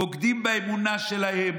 בוגדים באמונה שלהם,